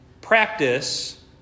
practice